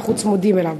ואנחנו צמודים אליו,